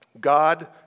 God